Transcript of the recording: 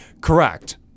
correct